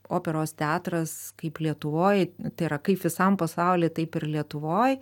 operos teatras kaip lietuvoj tai yra kaip visam pasauly taip ir lietuvoj